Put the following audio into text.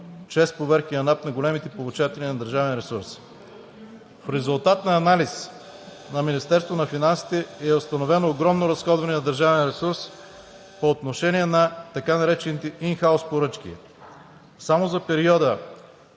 чрез проверки на НАП на големите получатели на държавен ресурс. В резултат на анализ на Министерството на финансите е установено огромно разходване на държавен ресурс по отношение на така наречените ин хаус поръчки. Само за периода